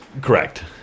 Correct